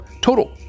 total